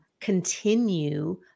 continue